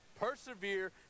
Persevere